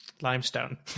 Limestone